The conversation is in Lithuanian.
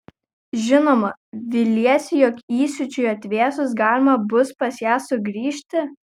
žinoma viliesi jog įsiūčiui atvėsus galima bus pas ją sugrįžti